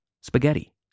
spaghetti